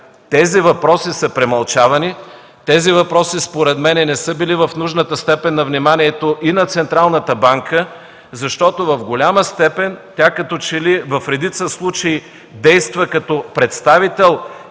Тези въпроси са премълчавани. Тези въпроси според мен не са били в нужната степен на вниманието и на Централната банка –като че ли в редица случаи тя действа като представител